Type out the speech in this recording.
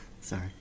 Sorry